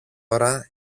ώρα